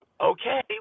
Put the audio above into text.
Okay